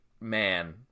man